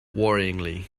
worryingly